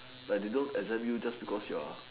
like they don't exempt you just because you're